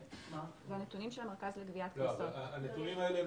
אלה הנתונים של המרכז לגביית קנסות, זה המשטרה,